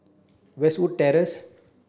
Westwood Terrace